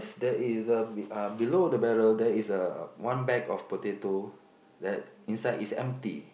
there is a be uh below the barrel there is a one bag of potato that inside is empty